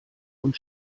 und